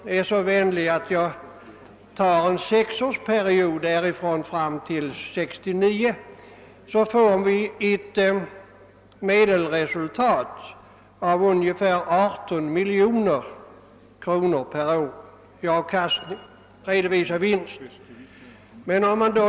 För sexårsperioden därifrån fram till 1969 är medelresultatet ungefär 18 miljoner kronor per år i redovisad vinst.